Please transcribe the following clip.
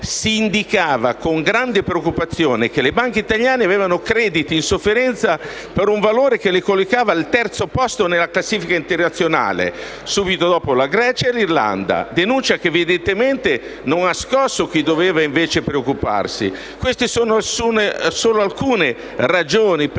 si indicava con grande preoccupazione che le banche italiane avevano crediti in sofferenza per un valore che le collocava al terzo posto nella classifica internazionale, subito dopo la Grecia e l'Irlanda. Si tratta di una denuncia che evidentemente non ha scosso chi invece doveva preoccuparsi. Queste sono solo alcune ragioni per